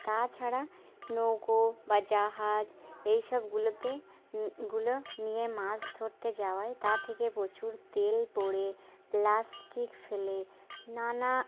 তা ছাড়া নৌকো বা জাহাজ এই সবগুলোতে গুলো নিয়ে মাছ ধরতে যাওয়ায় তা থেকে প্রচুর তেল পড়ে প্লাস্টিক ফেলে নানা